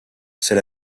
c’est